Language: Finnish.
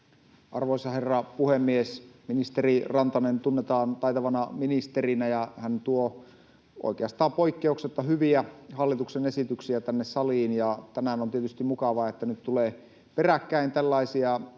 Arvoisa herra puhemies! Ministeri Rantanen tunnetaan taitavana ministerinä, ja hän tuo oikeastaan poikkeuksetta hyviä hallituksen esityksiä tänne saliin, ja tänään on tietysti mukavaa, että nyt tulee peräkkäin tällaisia